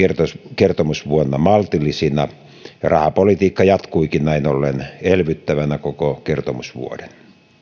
kertomusvuonna maltillisina rahapolitiikka jatkuikin näin ollen elvyttävänä koko kertomusvuoden